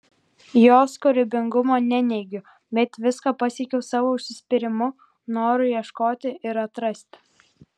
jos kūrybingumo neneigiu bet viską pasiekiau savo užsispyrimu noru ieškoti ir atrasti